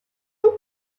son